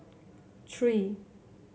three